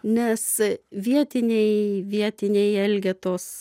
nes vietiniai vietiniai elgetos